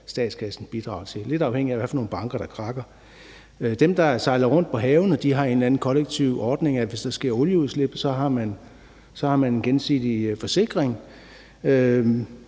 statskassen bidrager til. Det er lidt afhængigt af, hvad for nogle banker der krakker. Dem, der sejler rundt på havene, har en eller anden kollektiv ordning om, at hvis der sker olieudslip, har man en gensidig forsikring.